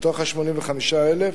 מתוך ה-85,000,